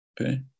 Okay